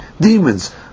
demons